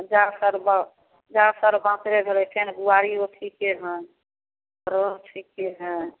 ज्यादातर बऽ ज्यादातर बाँतरे भेलै फेर बुआरी ओ ठिके हइ रेहू ठिके हइ